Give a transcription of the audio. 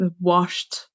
washed